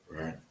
right